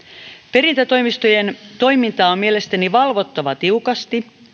perintätoimistojen toimintaa on mielestäni valvottava tiukasti